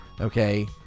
okay